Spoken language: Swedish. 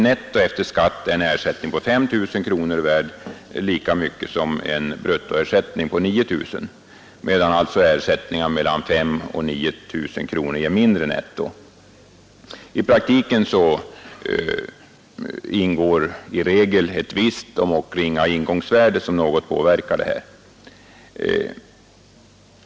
Netto efter skatt är alltså en ersättning på 5 000 kronor värd lika mycket som en bruttoersättning på 9 000 kronor, medan ersättningar mellan 5 000 och 9 000 kronor ger mindre netto. I praktiken ingår i regel ett visst — om än ringa — ingångsvärde, som något påverkar skatten.